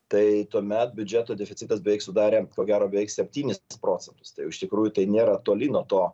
tai tuomet biudžeto deficitas beveik sudarė ko gero beveik septynis procentus tai jau iš tikrųjų tai nėra toli nuo to